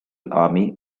army